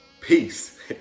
Peace